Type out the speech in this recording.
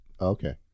Okay